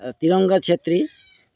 তিৰংগ Chhetri